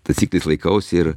taisyklės laikausi ir